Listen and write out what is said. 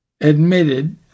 admitted